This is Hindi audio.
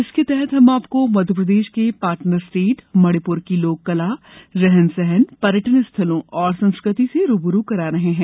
इसके तहत हम आपको मध्यप्रदेश के पार्टनर स्टेट मणिपुर की लोककला रहन सहन पर्यटन स्थलों और संस्कृति से रू ब रू करा रहे हैं